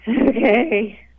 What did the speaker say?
Okay